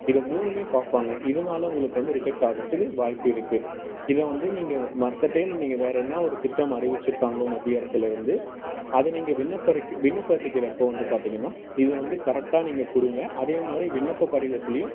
இத மூணுமே பார்ப்பாங்க இதனால் உங்களுக்கு வந்து ரிஜெக்ட் ஆகிறதுக்கு வாய்ப்பு இருக்குது இதை வந்து நீங்கள் மற்ற டைம் நீங்கள் வேறு என்ன ஒரு திட்டம் அறிவிச்சுருக்காங்களோ மத்திய அரசுலிருந்து அதை நீங்கள் விண்ணப்பறக்கி விண்ணப்பத்திக்கறப்போ வந்து பார்த்தீங்கன்னா இதை வந்து கரெக்டாக நீங்கள் கொடுங்க அதே மாதிரி விண்ணப்பப் படிவத்திலயும்